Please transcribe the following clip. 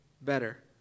better